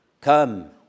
come